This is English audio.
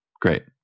great